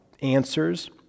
answers